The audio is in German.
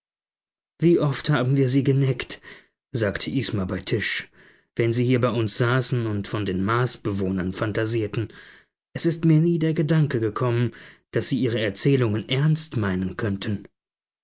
wie oft haben wir sie geneckt sagte isma bei tisch wenn sie hier bei uns saßen und von den marsbewohnern phantasierten es ist mir nie der gedanke gekommen daß sie ihre erzählungen ernst meinen könnten